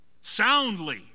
soundly